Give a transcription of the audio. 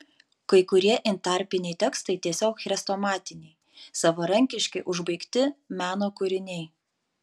kai kurie intarpiniai tekstai tiesiog chrestomatiniai savarankiški užbaigti meno kūriniai